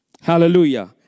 Hallelujah